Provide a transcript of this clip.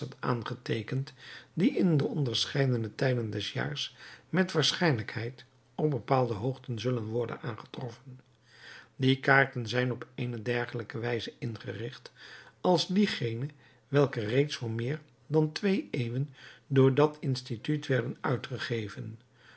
aangeteekend die in de onderscheidene tijden des jaars met waarschijnlijkheid op bepaalde hoogten zullen worden aangetroffen die kaarten zijn op eene dergelijke wijze ingericht als diegene welke reeds voor meer dan twee eeuwen door dat instituut werden uitgegeven